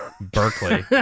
Berkeley